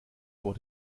vor